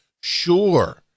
sure